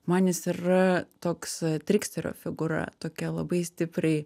man jis yra toks triksterio figūra tokia labai stipriai